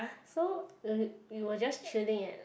so uh we were just chilling at